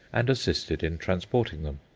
and assisted in transporting them.